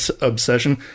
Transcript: obsession